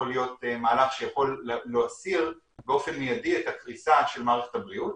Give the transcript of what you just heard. להיות מהלך שיכול להסיר באופן מיידי את הסיכון לקריסה של מערכת הבריאות.